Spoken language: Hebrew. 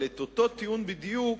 אבל את אותו טיעון בדיוק,